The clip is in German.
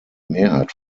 mehrheit